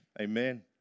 Amen